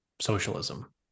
socialism